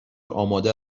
آماده